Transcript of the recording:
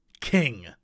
king